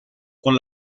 con